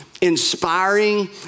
inspiring